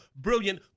brilliant